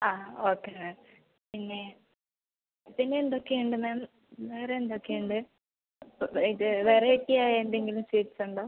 ആ okay ma'am പിന്നെ പിന്നെ എന്തൊക്കെയുണ്ട് മാം വേറെ എന്തൊക്കെയുണ്ട് ഇത് വെറൈറ്റി ആയ എന്തെങ്കിലും സ്വീറ്റ്സ് ഉണ്ടോ